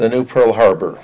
the new pearl harbor